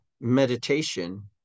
meditation